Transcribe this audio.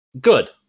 Good